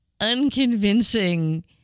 unconvincing